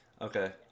Okay